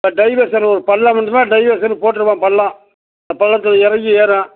ஆ diversion ஒரு பள்ளம் இருந்ததுன்னா டைவர்சன்னு போட்டிருப்பான் பள்ளம் பள்ளத்தில் இறங்கி ஏறும்